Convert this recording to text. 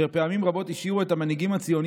שפעמים רבות השאירו את המנהיגים הציונים